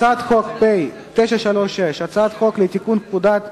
הצעת חוק חנייה לנכים (תיקון,